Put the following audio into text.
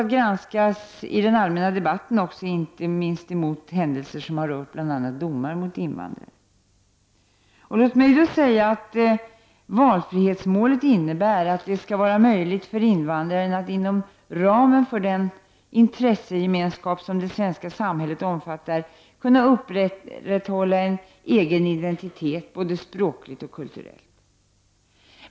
Det har i den allmänna debatten kommit att granskas inte minst utifrån händelser som rört bl.a. domar mot invandrare. Låt mig säga att valfrihetsmålet innebär att det skall vara möjligt för invandraren att inom ramen för den intressegemenskap som det svenska samhället omfattar kunna upprätthålla en egen identitet, både språkligt och kulturellt.